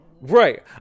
Right